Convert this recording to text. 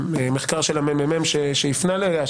מהמחקר של הממ"מ שהפנה אליה,